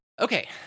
okay